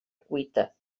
cuita